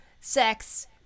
sex